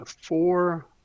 four